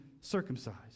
circumcised